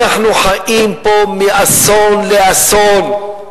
אנחנו חיים פה מאסון לאסון.